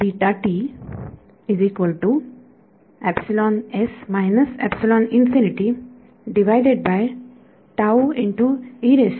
विद्यार्थी unit step